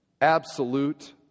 Absolute